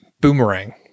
Boomerang